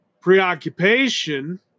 preoccupation